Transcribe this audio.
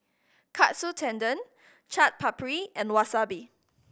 Katsu Tendon Chaat Papri and Wasabi